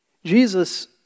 Jesus